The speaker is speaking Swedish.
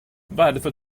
varför